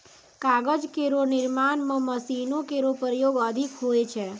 कागज केरो निर्माण म मशीनो केरो प्रयोग अधिक होय छै